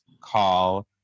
call